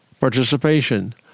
participation